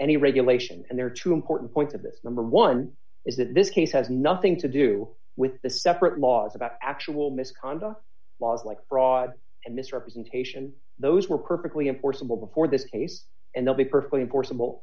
any regulation and there are two important points of this number one is that this case has nothing to do with the separate laws about actual misconduct laws like fraud and misrepresentation those were perfectly in forcible before this case and they'll be perfectly enforceable